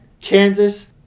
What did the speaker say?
Kansas